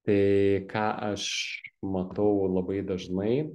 tai ką aš matau labai dažnai